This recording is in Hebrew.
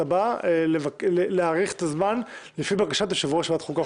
אתה בא להאריך את הזמן לפי בקשת יושב-ראש ועדת החוקה,